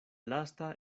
lasta